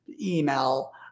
email